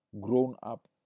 grown-up